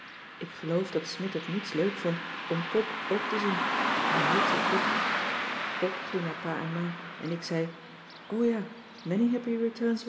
ik geloof dat smidt het niets leuk vond om pop ook te zien maar hij hield zich goed pop ging naar pa en ma en ik zei o ja